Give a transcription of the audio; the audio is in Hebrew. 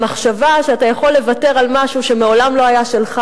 המחשבה שאתה יכול לוותר על משהו שמעולם לא היה שלך,